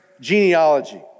genealogy